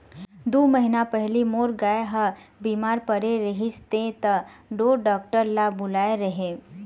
दू महीना पहिली मोरो गाय ह बिमार परे रहिस हे त ढोर डॉक्टर ल बुलाए रेहेंव